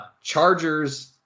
Chargers